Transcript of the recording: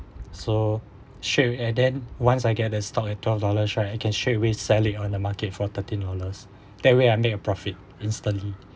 so straight and then once I get a stock at twelve dollars right you can straight away sell it on the market for thirteen dollars that way I make a profit instantly